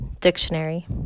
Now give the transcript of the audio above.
dictionary